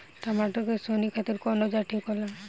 टमाटर के सोहनी खातिर कौन औजार ठीक होला?